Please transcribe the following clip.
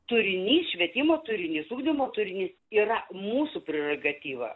turinys švietimo turinys ugdymo turinys yra mūsų prerogatyva